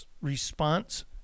response